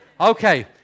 Okay